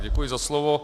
Děkuji za slovo.